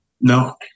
No